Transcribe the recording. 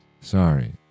Sorry